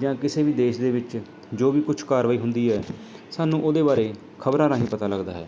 ਜਾਂ ਕਿਸੇ ਵੀ ਦੇਸ਼ ਦੇ ਵਿੱਚ ਜੋ ਵੀ ਕੁਛ ਕਾਰਵਾਈ ਹੁੰਦੀ ਹੈ ਸਾਨੂੰ ਉਹਦੇ ਬਾਰੇ ਖ਼ਬਰਾਂ ਰਾਹੀਂ ਪਤਾ ਲੱਗਦਾ ਹੈ